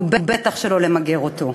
ובטח שלא למגר אותו.